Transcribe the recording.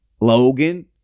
Logan